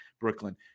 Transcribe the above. Brooklyn